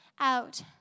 out